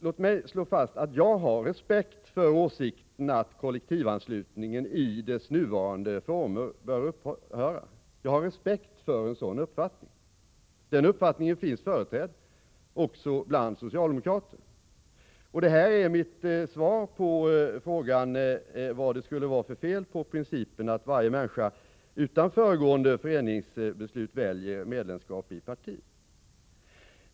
Låt mig slå fast att jag har respekt för uppfattningen att kollektivanslutningen i dess nuvarande former bör upphöra. Denna uppfattning finns företrädd också bland socialdemokrater. Det är mitt svar på frågan vad det skulle vara för fel på principen att varje människa utan föregående föreningsbeslut väljer medlemskap i ett parti.